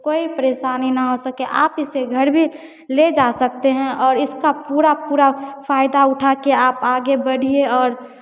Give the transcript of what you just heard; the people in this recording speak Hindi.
कोई परेशानी न हो सके आप इसे घर भी ले जा सकते हैं और इसका पूरा पूरा फ़ायदा उठाकर आप आगे बढ़िए और